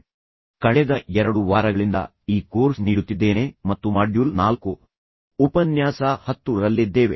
ನಾನು ನಿಮಗೆ ಕಳೆದ ಎರಡು ವಾರಗಳಿಂದ ಈ ಕೋರ್ಸ್ ಅನ್ನು ನೀಡುತ್ತಿದ್ದೇನೆ ಮತ್ತು ನಂತರ ನಾವು ಈಗಾಗಲೇ ಮಾಡ್ಯೂಲ್ 4 ಮತ್ತು ಉಪನ್ಯಾಸ ಸಂಖ್ಯೆ 10 ರಲ್ಲಿದ್ದೇವೆ